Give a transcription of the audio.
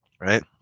right